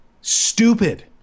stupid